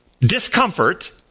discomfort